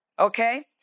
Okay